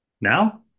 Now